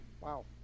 wow